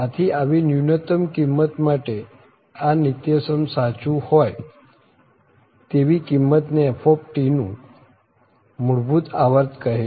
આથી આવી ન્યુનત્તમ કિંમત માટે આ નીત્યસમ સાચું હોય તેવી કિંમત ને f નું મૂળભૂત આવર્ત કહે છે